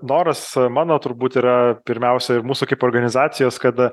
noras mano turbūt yra pirmiausia ir mūsų organizacijos kada